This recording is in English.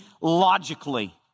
logically